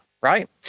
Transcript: right